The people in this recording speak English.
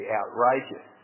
outrageous